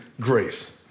grace